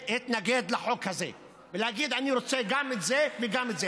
להתנגד לחוק הזה ולהגיד: אני רוצה גם את זה וגם את זה,